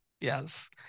Yes